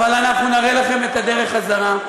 אבל אנחנו נראה לכם את הדרך חזרה,